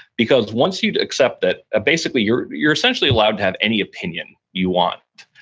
because once you'd accept that, ah basically, you're you're essentially allowed to have any opinion you want,